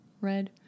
Red